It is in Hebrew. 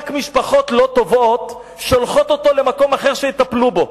רק משפחות לא טובות שולחות אותו למקום אחר שיטפל בו.